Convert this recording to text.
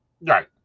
Right